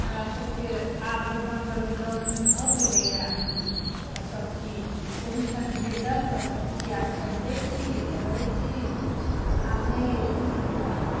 हमरासबके आब दोकान दौरी लगमे भऽ गेलैए तऽ सबचीज ओहिठाम भेटल तऽ सबचीज आब खरीदै छी करै छी आब नहि एतेक चिन्ता अइ